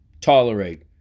tolerate